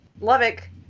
Lovick